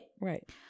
Right